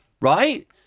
right